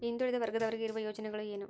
ಹಿಂದುಳಿದ ವರ್ಗದವರಿಗೆ ಇರುವ ಯೋಜನೆಗಳು ಏನು?